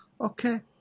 okay